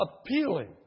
appealing